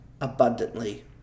abundantly